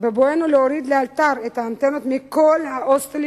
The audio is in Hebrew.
בבואנו להוריד לאלתר את האנטנות מכל ההוסטלים